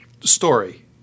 Story